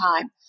time